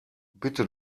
bitte